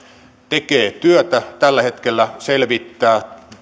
tekee työtä tällä hetkellä selvittää